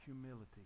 humility